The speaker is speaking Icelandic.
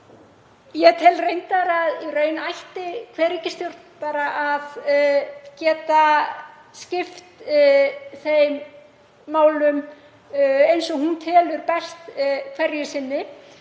Ég tel reyndar að í raun ætti hver ríkisstjórn að geta skipt þeim málum eins og hún telur best hverju sinni.